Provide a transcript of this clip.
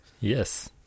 Yes